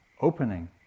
opening